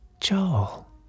Joel